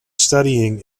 studying